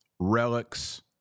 relics